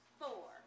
four